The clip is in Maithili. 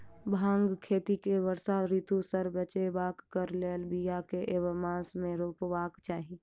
भांगक खेती केँ वर्षा ऋतु सऽ बचेबाक कऽ लेल, बिया केँ मास मे रोपबाक चाहि?